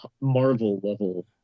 Marvel-level